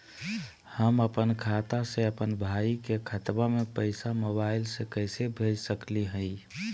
हम अपन खाता से अपन भाई के खतवा में पैसा मोबाईल से कैसे भेज सकली हई?